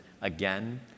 again